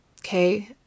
okay